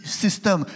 system